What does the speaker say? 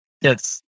Yes